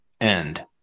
end